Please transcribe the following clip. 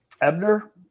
Ebner